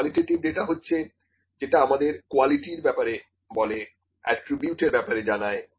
qualitative data হচ্ছে যেটা আমাদের কোয়ালিটির ব্যাপারে বলে এট্রিবিউট এর ব্যাপারে জানায়